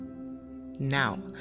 Now